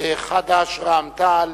חד"ש ורע"ם-תע"ל,